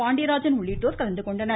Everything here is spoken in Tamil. பாண்டியராஜன் உள்ளிட்டோர் கலந்துகொண்டனர்